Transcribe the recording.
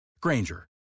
Granger